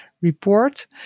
report